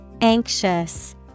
Anxious